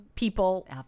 People